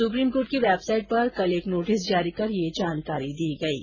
supreme court की website पर कल एक नोटिस जारी कर यह जानकारी दी गयी है